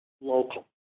local